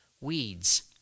weeds